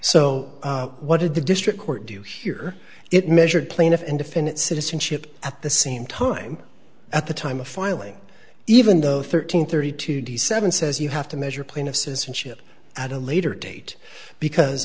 so what did the district court do here it measured plaintiff and defendant citizenship at the same time at the time of filing even though thirteen thirty two d seven says you have to measure plaintiff's citizenship at a later date because